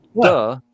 Duh